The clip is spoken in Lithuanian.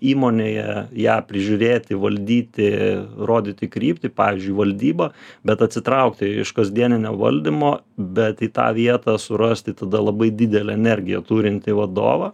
įmonėje ją prižiūrėti valdyti rodyti kryptį pavyzdžiui valdyba bet atsitraukti iš kasdienio valdymo bet į tą vietą surasti tada labai didelę energiją turintį vadovą